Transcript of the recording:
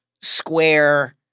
square